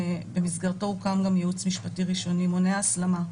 במסגרת המיזם הוקם גם ייעוץ משפטי ראשוני מונע הסלמה.